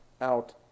out